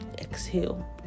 exhale